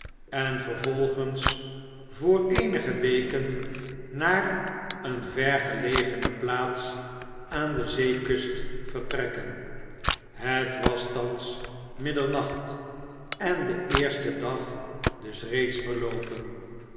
en vervolgens voor eenige weken naar eene vergelegene plaats aan de zeekust vertrekken het was thans middernacht en de eerste dag dus reeds verloopen